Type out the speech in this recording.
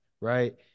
right